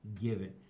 given